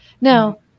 Now